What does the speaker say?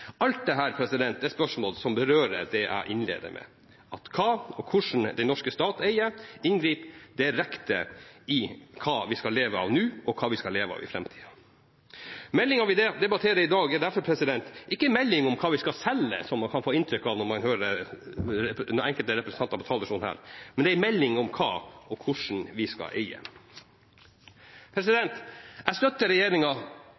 alt dette er spørsmål som berører det jeg innledet med: Hva og hvordan den norske stat eier, griper direkte inn i hva vi skal leve av nå, og hva vi skal leve av i framtida. Meldingen vi debatterer i dag, er derfor ikke en melding om hva vi skal selge – som man kan få inntrykk av når man hører enkelte representanter på talerstolen her – men en melding om hva og hvordan vi skal eie. Jeg støtter